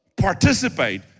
participate